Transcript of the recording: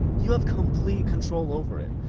you have complete control over it.